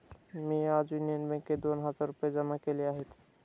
मी आज युनियन बँकेत दोन हजार रुपये जमा केले आहेत